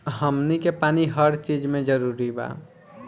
हमनी के पानी हर चिज मे जरूरी बा